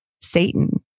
Satan